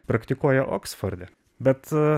praktikuoja oksforde bet